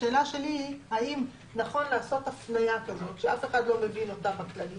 השאלה שלי היא האם נכון לעשות הפניה כזאת שאף אחד לא מבין אותה בכללי